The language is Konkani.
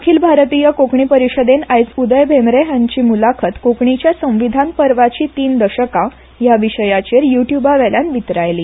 अखील भारतीय कोंकणी परीशदेन आयज उदय भेंब्रे हांची म्लाखत कोंकणीच्या संविधान पर्वाचीं तीन दशकां हया विशयाचेर यु ट्युबा वेल्यान वितरायली